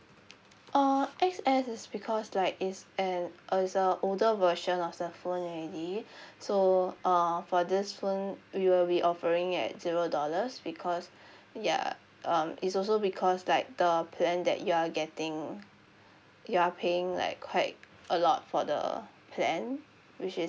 uh X_S is because like it's an is a older version of the phone already so uh for this phone we will be offering at zero dollars because ya um it's also because like the plan that you are getting you are paying like quite a lot for the plan which is